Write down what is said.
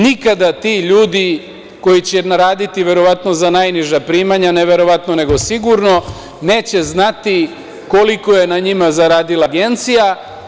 Nikada ti ljudi koji će raditi verovatno za najniža primanja, ne verovatno nego sigurno, neće znati koliko je na njima zaradila agencija.